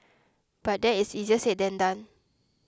but that is easier said than done